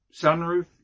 sunroof